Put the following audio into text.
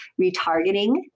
retargeting